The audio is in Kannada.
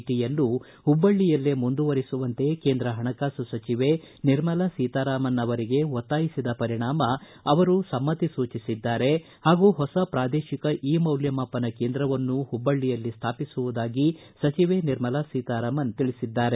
ಟಿಯನ್ನು ಹುಬ್ಲಳ್ಳಿಯಲ್ಲೇ ಮುಂದುವರೆಸುವಂತೆ ಕೇಂದ್ರ ಹಣಕಾಸು ಸಚಿವೆ ನಿರ್ಮಲಾ ಸೀತಾರಾಮನ್ ಅವರಿಗೆ ಒತ್ತಾಯಿಸಿದ ಪರಿಣಾಮ ಕೇಂದ್ರ ಹಣಕಾಸು ಸಚಿವೆ ಸಮ್ಮಿ ಸೂಚಿಸಿದ್ದಾರೆ ಹಾಗೂ ಹೊಸ ಪ್ರಾದೇಶಿಕ ಇ ಮೌಲ್ಯಮಾಪನ ಕೇಂದ್ರವನ್ನು ಕೂಡಾ ಹುಬ್ಬಳ್ಳಿಯಲ್ಲಿ ಸ್ಥಾಪಿಸುವದಾಗಿ ಸಚಿವೆ ನಿರ್ಮಲಾ ಸಿತಾರಾಮನ್ ತಿಳಿಸಿದ್ದಾರೆ